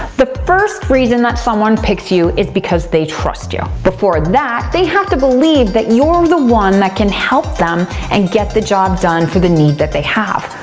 the first reason that someone picks you is because they trust you. before that, they have to believe that you're the one that can help them and get the job done for the need that they have.